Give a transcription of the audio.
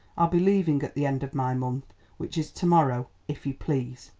i'll be leaving at the end of my month, which is to-morrow if you please.